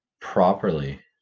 properly